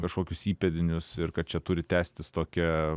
kažkokius įpėdinius ir kad čia turi tęstis tokia